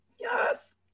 Yes